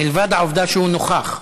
מלבד העובדה שהוא נוכח.